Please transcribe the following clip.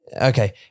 okay